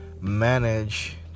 manage